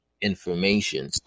information